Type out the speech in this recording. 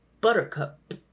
Buttercup